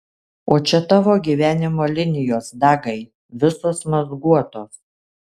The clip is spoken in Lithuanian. o čia tavo gyvenimo linijos dagai visos mazguotos